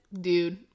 Dude